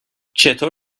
چطور